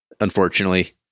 Unfortunately